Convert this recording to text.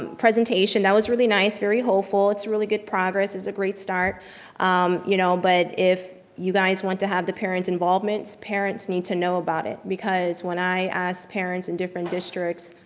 presentation that was really nice, very hopeful. it's a really good progress, it's a great start um you know but if you guys want to have the parent's involvement, parents need to know about it. because when i ask parents in different districts,